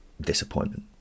disappointment